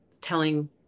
telling